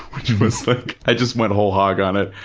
which was like, i just went whole hog on it.